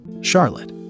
Charlotte